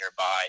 nearby